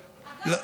אגב,